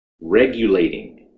regulating